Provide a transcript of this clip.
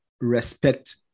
respect